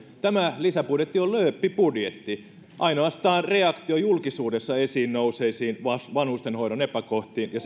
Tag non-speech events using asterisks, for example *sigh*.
tämä lisäbudjetti on lööppibudjetti ainoastaan reaktio julkisuudessa esiin nousseisiin vanhustenhoidon epäkohtiin ja *unintelligible*